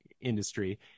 industry